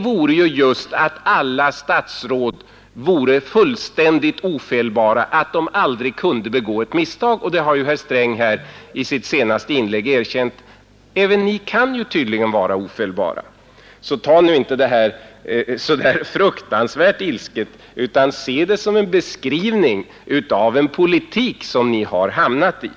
vore just att alla statsråd vore fullständigt ofelbara, att de aldrig kunde begå ett misstag — och herr Sträng har i sitt senaste inlägg erkänt att inte heller ni är ofelbara. — Ta alltså inte det här så fruktansvärt ilsket, utan se det som en beskrivning av den politik som ni har hamnat i.